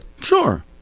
Sure